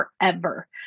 forever